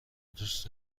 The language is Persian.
دوست